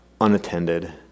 unattended